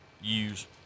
use